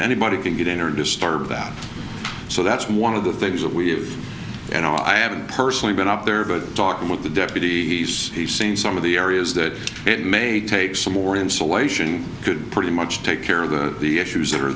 anybody can get in or disturb that so that's one of the things that we've you know i haven't personally been up there good talking with the deputy he's seen some of the areas that it may take some more insulation could pretty much take care of the issues that are